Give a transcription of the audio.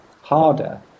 harder